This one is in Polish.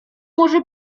może